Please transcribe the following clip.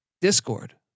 Discord